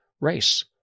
race